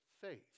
faith